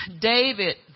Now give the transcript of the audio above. David